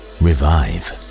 revive